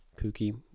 kooky